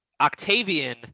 Octavian